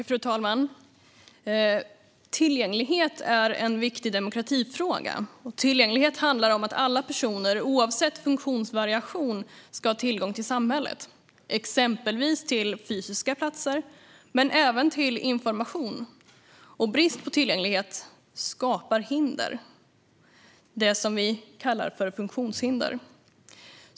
Fru talman! Tillgänglighet är en viktig demokratifråga. Tillgänglighet handlar om att alla personer oavsett funktionsvariation ska ha tillgång till samhället, exempelvis till fysiska platser men även till information. Brist på tillgänglighet skapar hinder, det som vi kallar för funktionshinder.